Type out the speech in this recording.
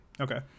Okay